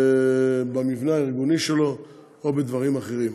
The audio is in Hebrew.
במבנה הארגוני שלו או בדברים אחרים.